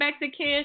Mexican